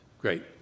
great